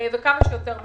וכמה שיותר מהר.